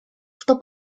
что